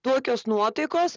tokios nuotaikos